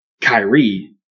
Kyrie